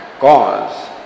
cause